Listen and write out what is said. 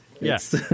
yes